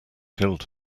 killed